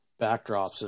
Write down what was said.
backdrops